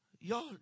y'all